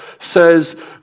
says